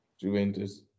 Juventus